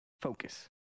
focus